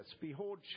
Behold